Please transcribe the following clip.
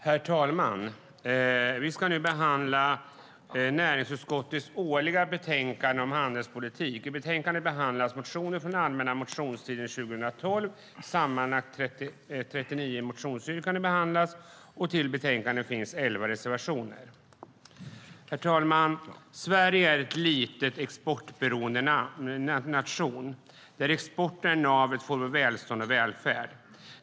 Herr talman! Vi ska nu behandla näringsutskottets årliga betänkande om handelspolitik. I betänkandet behandlas motioner från allmänna motionstiden 2012, sammanlagt 39 motionsyrkanden behandlas, och i betänkandet finns elva reservationer. Herr talman! Sverige är en liten exportberoende nation. Exporten är navet för vårt välstånd och vår välfärd.